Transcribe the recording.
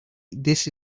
this